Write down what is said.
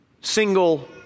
single